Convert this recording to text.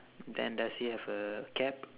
then does he have a cap